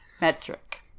metric